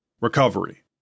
Recovery